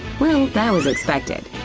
well that was expected.